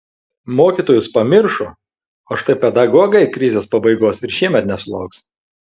mokytojus pamiršo o štai pedagogai krizės pabaigos ir šiemet nesulauks